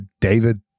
David